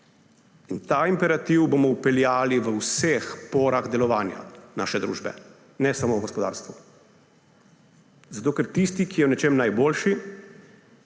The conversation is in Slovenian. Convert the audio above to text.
da. Ta imperativ bomo vpeljali v vseh porah delovanja naše družbe, ne samo v gospodarstvu. Zato ker tisti, ki je v nečem najboljši,